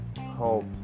Hope